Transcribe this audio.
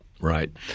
right